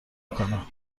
کنه